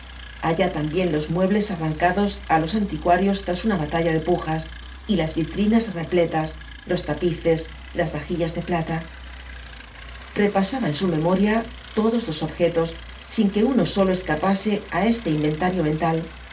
allá también los muebles aitancados á los anticuarios tras una batalla de pujas y las vitrinas repletas los tapices las vajillas de plata repasaba en su memoria todos los objetos sin que uno solo escapase á este inventario mental